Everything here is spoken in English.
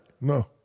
No